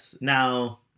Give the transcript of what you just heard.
now